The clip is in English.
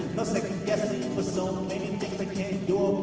no second guessing, but so many things i can't do